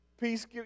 Peace